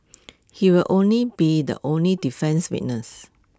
he will only be the only defence witness